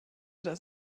das